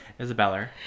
Isabella